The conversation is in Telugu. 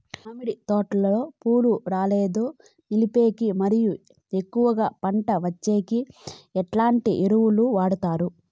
మామిడి తోటలో పూలు రాలేదు నిలిపేకి మరియు ఎక్కువగా పంట వచ్చేకి ఎట్లాంటి ఎరువులు వాడాలి?